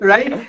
Right